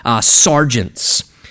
sergeants